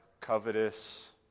covetous